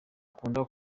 akunda